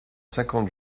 cinquante